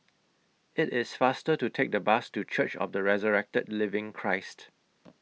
IT IS faster to Take The Bus to Church of The Resurrected Living Christ